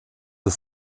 des